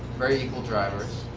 very equal drivers,